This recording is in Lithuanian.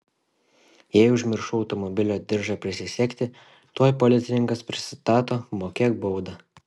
jei užmiršau automobilio diržą prisisegti tuoj policininkas prisistato mokėk baudą